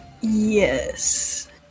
Yes